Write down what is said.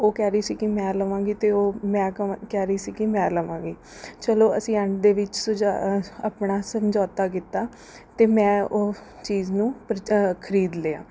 ਉਹ ਕਹਿ ਰਹੀ ਸੀ ਕਿ ਮੈਂ ਲਵਾਂਗੀ ਅਤੇ ਉਹ ਮੈਂ ਕਹਾਂ ਕਹਿ ਰਹੀ ਸੀ ਕਿ ਮੈਂ ਲਵਾਂਗੀ ਚਲੋ ਅਸੀਂ ਐਂਡ ਦੇ ਵਿੱਚ ਸੁਲਝਾ ਆਪਣਾ ਸਮਝੌਤਾ ਕੀਤਾ ਅਤੇ ਮੈਂ ਉਹ ਚੀਜ਼ ਨੂੰ ਪਰਚੇ ਖ਼ਰੀਦ ਲਿਆ